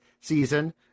season